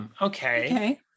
Okay